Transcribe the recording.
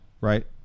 right